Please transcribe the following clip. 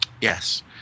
Yes